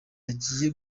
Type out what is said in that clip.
agiye